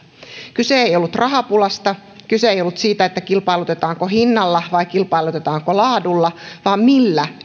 kyse ei ollut rahapulasta kyse ei ollut siitä kilpailutetaanko hinnalla vai kilpailutetaanko laadulla vaan siitä millä